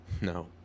No